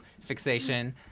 fixation